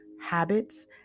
habits